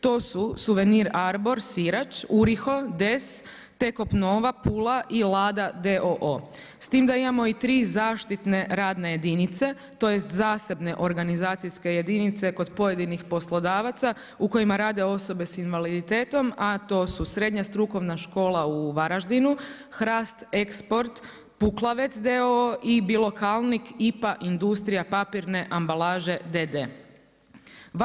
To su Suvenir Arbor Sirač, Uriho, Des, Tekop Nova Pula i Lada d.o.o. s tim da imamo i tri zaštitne radne jedinice, tj. zasebne organizacijske jedinice kod pojedinih poslodavaca u kojima rade osobe sa invaliditetom a to su Srednja strukovna škola u Varaždinu, Hrast export, Puklavec d.o.o. i Bilokalnik IPA, industrija papirne ambalaže d.o.o.